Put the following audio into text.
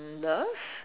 love